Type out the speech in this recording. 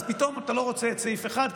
אז פתאום אתה לא רוצה את סעיף 1,